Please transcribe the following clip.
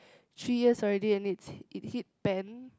three years already and it's it hit pan